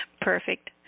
Perfect